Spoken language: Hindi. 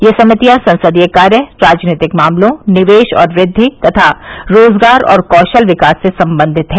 ये समितियां संसदीय कार्य राजनीतिक मामलों निवेश और वृद्धि तथा रोजगार और कौशल विकास से संबंधित हैं